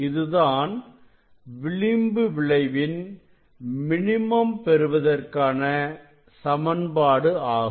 இதுதான் விளிம்பு விளைவின் மினிமம் பெறுவதற்கான சமன்பாடு ஆகும்